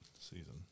season